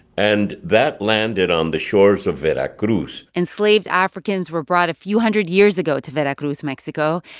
and that landed on the shores of veracruz enslaved africans were brought a few hundred years ago to veracruz, mexico.